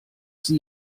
sie